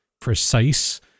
precise